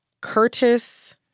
Curtis